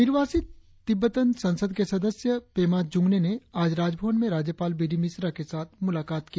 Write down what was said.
निर्वासित तिब्बतन संसद के सदस्य पेमा जुंगने ने आज राजभवन में राज्यपाल बी डी मिश्रा के साथ मुलाकात की